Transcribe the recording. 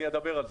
אני אדבר על זה.